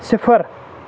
صِفر